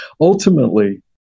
ultimately